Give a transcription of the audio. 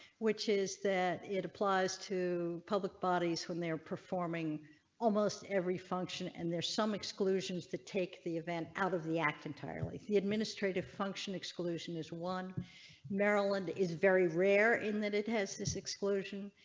which is that? applies to public bodies when they were performing almost every function and there's some exclusions to take the event out of the act entirely the administrative function exclusion is one maryland is very rare in that it has this exclusion.